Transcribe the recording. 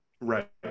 Right